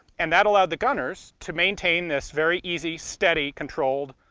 and that allowed the gunners to maintain this very easy, steady, controlled,